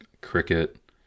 Cricket